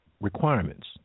requirements